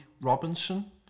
Robinson